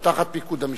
או תחת פיקוד המשטרה?